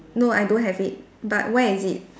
no I don't have it but where is it